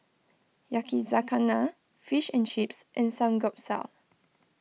Yakizakana Fish and Chips and Samgeyopsal